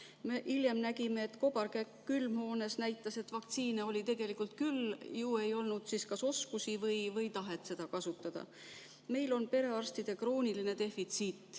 hiljem nägime, kobarkäkk külmhoones näitas, et vaktsiine oli tegelikult küll. Ju ei olnud siis kas oskusi või tahet neid kasutada. Meil on perearstide krooniline defitsiit,